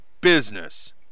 business